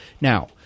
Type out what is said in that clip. Now